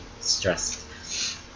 Stressed